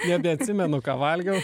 nebeatsimenu ką valgiau